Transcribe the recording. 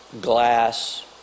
glass